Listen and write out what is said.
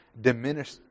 diminish